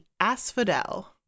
Asphodel